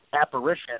apparition